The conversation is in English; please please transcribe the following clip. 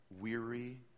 weary